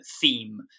theme